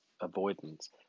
avoidance